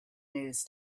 news